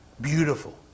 Beautiful